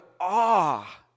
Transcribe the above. awe